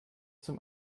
zum